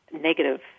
negative